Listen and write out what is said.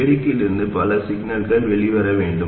பெருக்கியிலிருந்து சில சிக்னல்கள் வெளிவர வேண்டும்